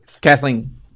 Kathleen